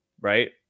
right